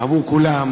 עבור כולם,